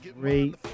great